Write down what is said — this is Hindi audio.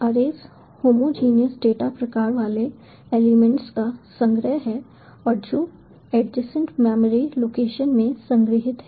अरेज होमोजेनियस डेटा प्रकार वाले एलिमेंट्स का संग्रह है और जो एडजेसेंट मेमरी लोकेशन में संग्रहीत हैं